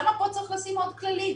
למה פה צריך לשים עוד כללים?